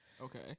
Okay